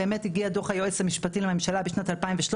באמת הגיע דוח היועץ המשפטי לממשלה בשנת 2013,